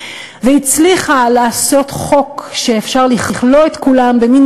הצליחה לעשות חוק שאפשר לכלוא את כולם במין